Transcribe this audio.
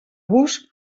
vos